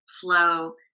flow